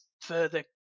further